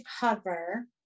cover